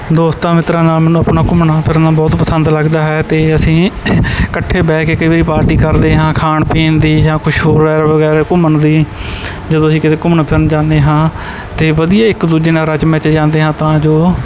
ਦੋਸਤਾਂ ਮਿੱਤਰਾਂ ਨਾਲ ਮੈਨੂੰ ਆਪਣਾ ਘੁੰਮਣਾ ਫਿਰਨਾ ਬਹੁਤ ਪਸੰਦ ਲੱਗਦਾ ਹੈ ਅਤੇ ਅਸੀਂ ਇਕੱਠੇ ਬਹਿ ਕੇ ਕਈ ਵਾਰੀ ਪਾਰਟੀ ਕਰਦੇ ਹਾਂ ਖਾਣ ਪੀਣ ਦੀ ਜਾਂ ਕੁਛ ਹੋਰ ਐਰਾ ਵਗੈਰਾ ਘੁੰਮਣ ਦੀ ਜਦੋਂ ਅਸੀਂ ਕਿਤੇ ਘੁੰਮਣ ਫਿਰਨ ਜਾਂਦੇ ਹਾਂ ਅਤੇ ਵਧੀਆ ਇੱਕ ਦੂਜੇ ਨਾਲ ਰਚ ਮਿਚ ਜਾਂਦੇ ਹਾਂ ਤਾਂ ਜੋ